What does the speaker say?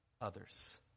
others